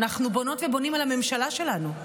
אנחנו בונות ובונים על הממשלה שלנו.